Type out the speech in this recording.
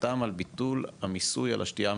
חתם על ביטול המיסוי על השתייה הממותקת,